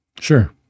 sure